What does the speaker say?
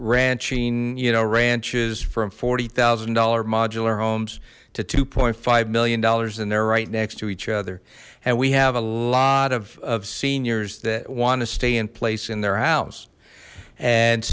ranching you know ranches from forty thousand dollars modular homes to two five million dollars in there right next to each other and we have a lot of seniors that want to stay in place in their house and